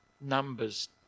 numbers